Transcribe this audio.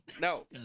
No